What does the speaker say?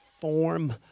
form